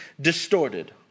distorted